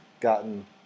gotten